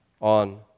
on